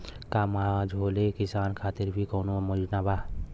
का मझोले किसान खातिर भी कौनो योजना बा?